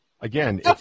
Again